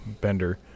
Bender